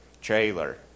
trailer